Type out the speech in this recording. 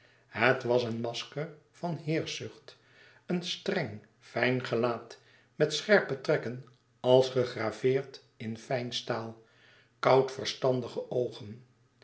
het was een masker van heerschzucht een streng fijn gelaat met scherpe trekken als gegraveerd in fijn staal koud verstandige oogen